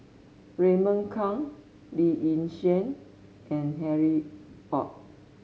Raymond Kang Lee Yi Shyan and Harry Ord